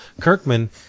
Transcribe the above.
Kirkman